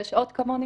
ויש עוד כמוני